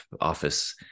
office